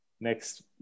next